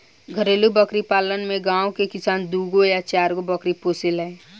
घरेलु बकरी पालन में गांव के किसान दूगो आ चारगो बकरी पोसेले